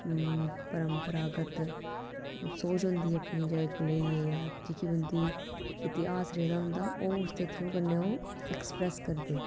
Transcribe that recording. परंपरागत सोच होंदी अपनी लेइयै जेह्की उं'दी इतिहास रेहा दा होंदा ओह् उसदे थ्रू कन्नै ओह् एक्सप्रेस करदे